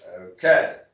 okay